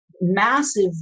massive